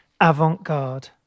avant-garde